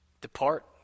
Depart